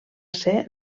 ser